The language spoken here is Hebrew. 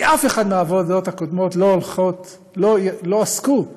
כי אף אחת מהוועדות הקודמות לא עסקה באמת,